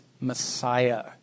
Messiah